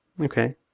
okay